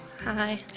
Hi